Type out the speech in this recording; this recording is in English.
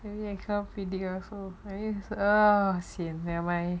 I cannot predict also very err sian nevermind